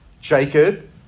jacob